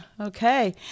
okay